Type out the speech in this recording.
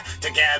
together